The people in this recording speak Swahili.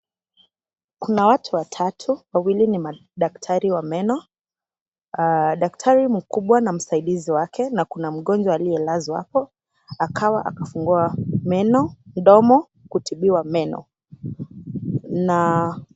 Kuna watu watatu wawili ni madaktari wa meno daktari mkubwa na msaidizi wake na kuna mgonjwa aliyelazwa hapo akawa akafungua meno, mdomo kutibiwa meno.